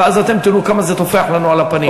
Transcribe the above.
ואז אתם תראו כמה זה טופח לנו על הפנים.